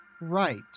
Right